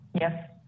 Yes